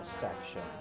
section